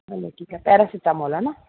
हलो ठीकु आहे पेरासिटामोल हा न